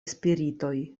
spiritoj